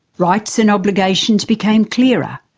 rights and obligations became clearer.